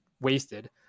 wasted